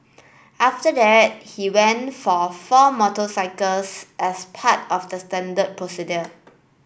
after that he went for four moto cycles as part of the standard procedure